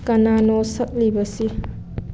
ꯀꯅꯥꯅꯣ ꯁꯛꯂꯤꯕꯁꯤ